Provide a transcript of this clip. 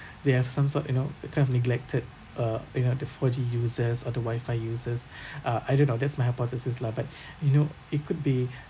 they have some sort you know uh kind of neglected uh you know the four G users or the wifi users uh I don't know that's my hypothesis lah but you know it could be